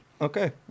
Okay